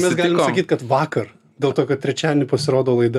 mes galim sakyt kad vakar dėl to kad trečiadienį pasirodo laida